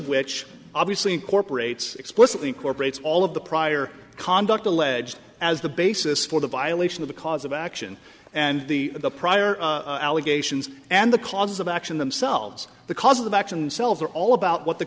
which obviously incorporates explicitly incorporates all of the prior conduct alleged as the basis for the violation of the cause of action and the the prior allegations and the cause of action themselves the cause of action selves are all about what the